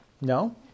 No